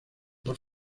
por